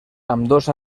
ambdós